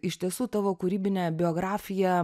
iš tiesų tavo kūrybinė biografija